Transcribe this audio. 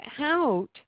out